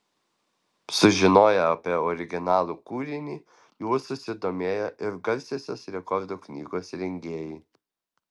sužinoję apie originalų kūrinį juo susidomėjo ir garsiosios rekordų knygos rengėjai